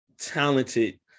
talented